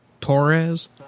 Torres